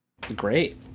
Great